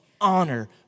honor